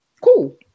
cool